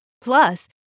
Plus